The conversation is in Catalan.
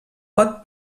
pot